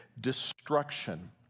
destruction